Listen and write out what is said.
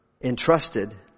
entrusted